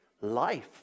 Life